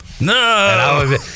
No